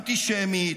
אנטישמית,